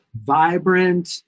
vibrant